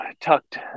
tucked